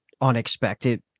unexpected